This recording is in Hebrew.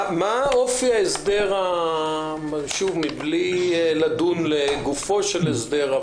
מה אופי ההסדר, מבלי לדון לגופו של הסדר?